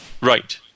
Right